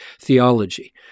theology